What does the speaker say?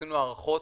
עשינו הארכות